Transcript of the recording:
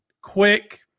quick